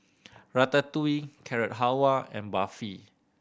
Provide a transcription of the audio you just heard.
Ratatouille Carrot Halwa and Barfi